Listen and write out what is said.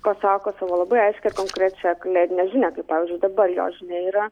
pasako savo labai aiškią konkrečią kalėdinę žinią kaip pavyzdžiui dabar jo žinia yra